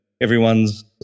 everyone's